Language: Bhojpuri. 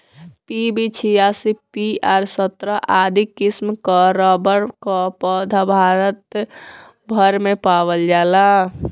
पी.बी छियासी, पी.आर सत्रह आदि किसिम कअ रबड़ कअ पौधा भारत भर में पावल जाला